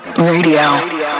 Radio